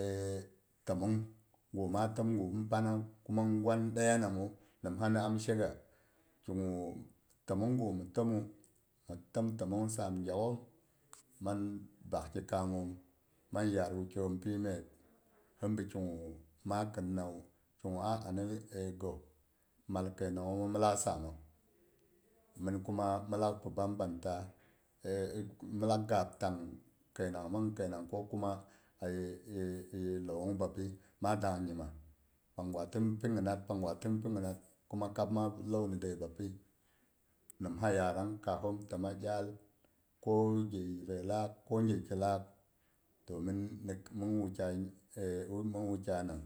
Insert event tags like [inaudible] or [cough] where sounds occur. [hesitation] timmong gu ma timmu phi pana gwani ɗiɗai namu nimha ni am shega ki gu, tammong gu mhi tammu mi tam tammong sam gyakhom man bakki kam mom mang yad wukyaiyom pi myep hin bi ki gu ma khinnawu ki gu a gog kai nang homu min lak sammang, min kuma mi lak pi banbanta [hesitation] min lak gab taang kai nang mang kai nang ko kuma aye ye lawong bapi ma dang nyimma pang gwa tin pi nyinai pang gwa pi nyimat kuma kab ma lau dei bapi. Nimha yarang kaahom timnea lyal ko ge yibai lak ge ki lak to min ni min ni [hesitation] wukyai nang.